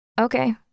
Okay